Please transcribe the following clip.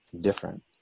different